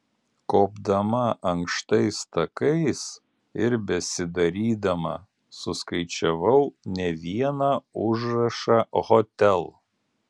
kopdama ankštais takais ir besidarydama suskaičiavau ne vieną užrašą hotel